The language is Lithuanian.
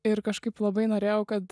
ir kažkaip labai norėjau kad